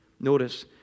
Notice